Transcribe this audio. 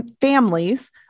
families